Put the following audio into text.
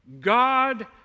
God